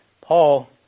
Paul